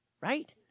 right